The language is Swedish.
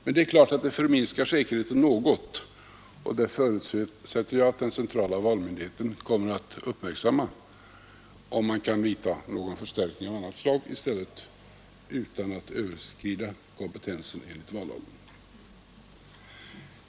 Men det är klart att det minskar säkerheten något, och det förutsätter jag att den centrala valmyndigheten kommer att uppmärksamma och undersöka om man kan vidta någon förstärkning av annat slag i stället utan att överskrida kompetensen enligt vallagen.